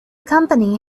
company